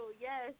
Yes